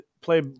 play